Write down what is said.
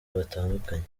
batandukanye